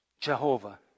Jehovah